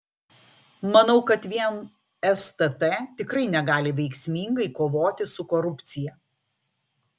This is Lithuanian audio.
manau kad vien stt tikrai negali veiksmingai kovoti su korupcija